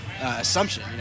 assumption